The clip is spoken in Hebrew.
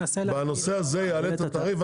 בנושא הזה יעלה את התעריף?